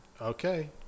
Okay